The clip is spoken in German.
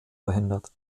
verhindert